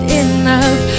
enough